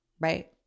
Right